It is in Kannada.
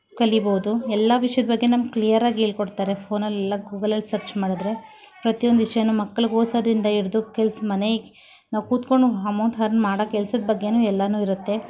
ಕಲಿಬಹುದು ಎಲ್ಲ ವಿಷ್ಯದ ಬಗ್ಗೆ ನಮ್ಮ ಕ್ಲೀಯರಾಗಿ ಹೇಳಿ ಕೊಡ್ತಾರೆ ಫೋನಲ್ಲೆಲ್ಲ ಗೂಗಲಲ್ಲಿ ಸರ್ಚ್ ಮಾಡಿದರೆ ಪ್ರತಿ ಒಂದು ವಿಷಯನು ಮಕ್ಳಿಗೆ ಓದ್ಸೋದಿಂದ ಹಿಡ್ದು ಕೆಲ್ಸ ಮನೆ ನಾವು ಕೂತ್ಕೊಂಡು ಅಮೌಂಟ್ ಹರ್ನ್ ಮಾಡೋ ಕೆಲ್ಸದ ಬಗ್ಗೆಯೂ ಎಲ್ಲನು ಇರುತ್ತೆ